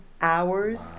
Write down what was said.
hours